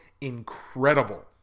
incredible